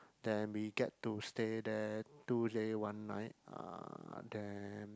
then we get to stay there two day one night uh then